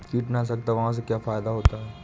कीटनाशक दवाओं से क्या फायदा होता है?